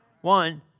One